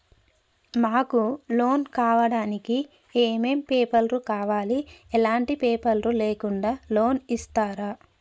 మాకు లోన్ కావడానికి ఏమేం పేపర్లు కావాలి ఎలాంటి పేపర్లు లేకుండా లోన్ ఇస్తరా?